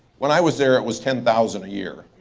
when i was there, it was ten thousand a year.